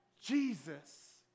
Jesus